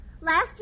Last